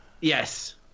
yes